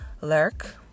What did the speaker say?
lurk